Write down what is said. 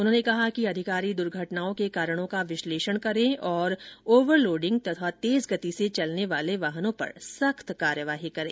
उन्होंने कहा कि अधिकारी दर्घटनाओं के कारणों का विश्लेषण करें तथा ओवर लोडिंग और तेज गति से चलने वाले वाहनों पर सख्त कार्यवाही करें